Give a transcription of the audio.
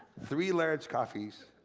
three large coffees,